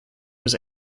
was